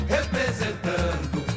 Representando